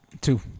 Two